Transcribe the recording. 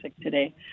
today